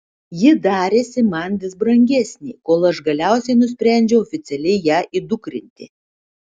ji darėsi man vis brangesnė kol aš galiausiai nusprendžiau oficialiai ją įdukrinti